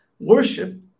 worship